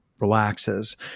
relaxes